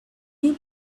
you